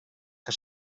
que